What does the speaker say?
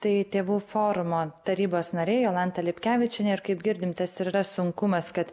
tai tėvų forumo tarybos narė jolanta lipkevičienė ir kaip girdim tas ir yra sunkumas kad